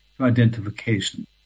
identification